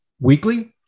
weekly